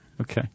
Okay